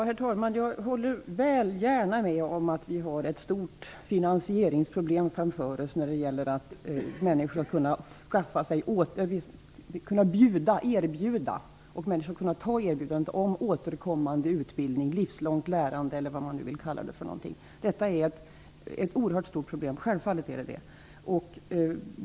Herr talman! Jag håller gärna med om att vi har ett stort finansieringsproblem framför oss om vi skall kunna erbjuda människor återkommande utbildning, livslångt lärande eller vad man vill kalla det, och om människor skall kunna ta emot erbjudandet. Detta är ett oerhört stort problem.